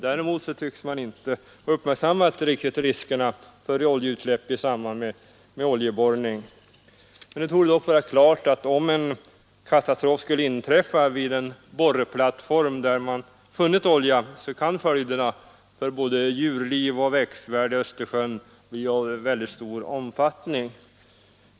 Däremot tycks man inte tillräckligt ha uppmärksammat riskerna i samband med oljeborrning. Det torde dock vara klart att om en katastrof skulle inträffa vid en borrplattform där man funnit olja kan följderna för både djurliv och växtvärld i Östersjön bli av väldigt stor omfattning.